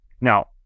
Now